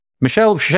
Michelle